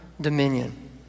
dominion